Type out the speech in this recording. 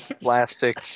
plastic